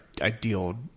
ideal